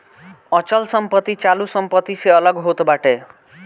अचल संपत्ति चालू संपत्ति से अलग होत बाटे